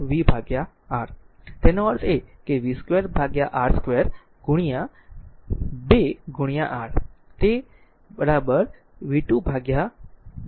i vR તેનો અર્થ છે v2 R2 2 R તે આ એક v2 R બરાબર